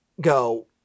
go